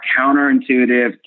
counterintuitive